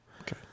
okay